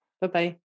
Bye-bye